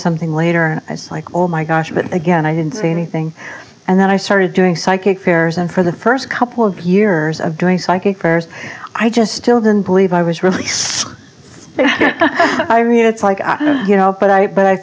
something later i was like oh my gosh but again i didn't say anything and then i started doing psychic fairs and for the first couple of years of doing psychic prayers i just still than believe i was really i really like you know but i but i